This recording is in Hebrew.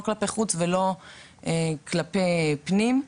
לא כלפי חוץ ולא כלפי פנים.